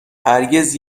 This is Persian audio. هرگز